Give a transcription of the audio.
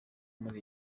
muri